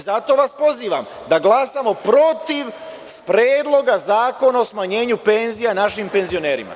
Zato vas pozivam da glasamo protiv Predloga zakona o smanjenju penzija našim penzionerima.